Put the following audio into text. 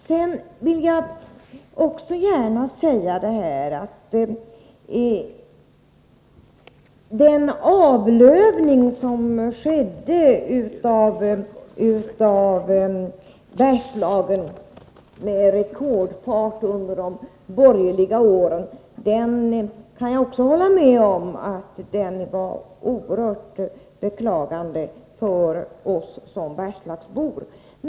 Sedan vill jag också gärna hålla med om att den avlövning av Bergslagen som skedde med rekordfart under de borgerliga åren var oerhört beklaglig för oss som bergslagsbor.